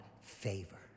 favor